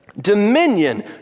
dominion